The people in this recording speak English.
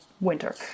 winter